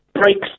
breaks